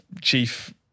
Chief